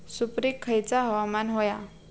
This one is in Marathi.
सुपरिक खयचा हवामान होया?